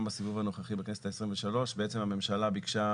בסיבוב הנוכחי בכנסת ה-23 הממשלה ביקשה